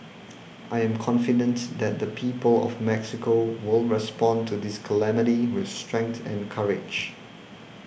I am confident that the people of Mexico will respond to this calamity with strength and courage